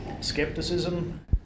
skepticism